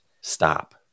stop